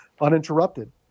uninterrupted